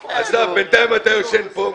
בינתיים אתה ישן פה,